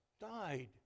died